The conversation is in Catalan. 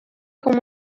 com